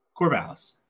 corvallis